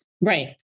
Right